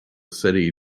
city